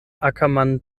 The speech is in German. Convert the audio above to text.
ackermann